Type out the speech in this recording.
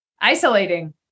isolating